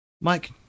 Mike